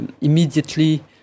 immediately